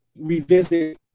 revisit